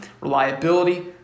reliability